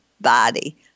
body